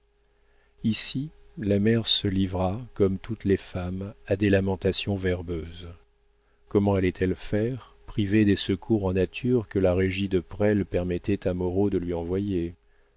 ici la mère se livra comme toutes les femmes à des lamentations verbeuses comment allait-elle faire privée des secours en nature que la régie de presles permettait à moreau de lui envoyer